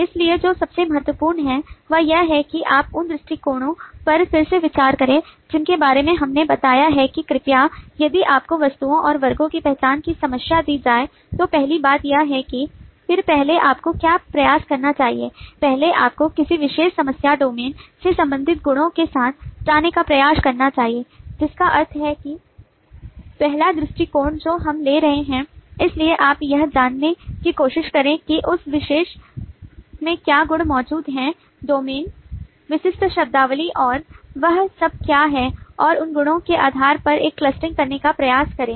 इसलिए जो सबसे महत्वपूर्ण है वह यह है कि आप उन दृष्टिकोणों पर फिर से विचार करें जिनके बारे में हमने बताया है कि कृपया यदि आपको वस्तुओं और वर्गों की पहचान की समस्या दी जाए तो पहली बात यह है कि फिर पहले आपको क्या प्रयास करना चाहिए पहले आपको किसी विशेष समस्या डोमेन से संबंधित गुणों के साथ जाने का प्रयास करना चाहिए जिसका अर्थ है कि पहला दृष्टिकोण जो हम ले रहे हैं इसलिए आप यह जानने की कोशिश करें कि उस विशेष में क्या गुण मौजूद हैं डोमेन विशिष्ट शब्दावली और वह सब क्या है और उन गुणों के आधार पर एक क्लस्टरिंग करने का प्रयास करें